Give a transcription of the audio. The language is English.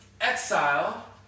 exile